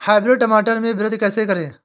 Hybrid टमाटर में वृद्धि कैसे करें?